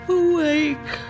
awake